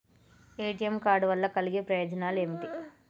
ATM card వల్ల కలిగే ప్రయోజనాలు ఏమిటి?